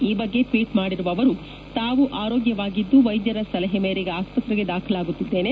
ಈ ಬಗ್ಗೆ ಟ್ವೀಟ್ ಮಾಡಿರುವ ಅವರು ತಾವು ಆರೋಗ್ಯವಾಗಿದ್ದು ವೈದ್ಯರ ಸಲಹೆಯ ಮೇರೆಗೆ ಆಸ್ಪತ್ರೆಗೆ ದಾಖಲಾಗುತ್ತಿದ್ದೇನೆ